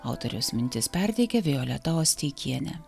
autoriaus mintis perteikė violeta osteikienė